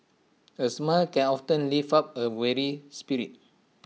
A smile can often ten lift up A weary spirit